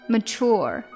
Mature